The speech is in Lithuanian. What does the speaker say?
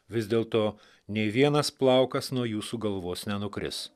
vis dėlto nei vienas plaukas nuo jūsų galvos nenukris